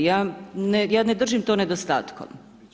Ja ne držim to nedostatkom.